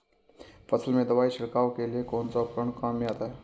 फसल में दवाई छिड़काव के लिए कौनसा उपकरण काम में आता है?